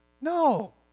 No